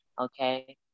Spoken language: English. okay